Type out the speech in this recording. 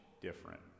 different